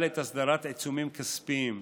הסדרת עיצומים כספיים,